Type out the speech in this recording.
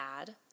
add